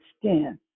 skin